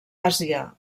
àsia